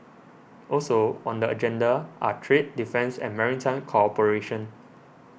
also on the agenda are trade defence and maritime cooperation